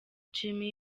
nshimiye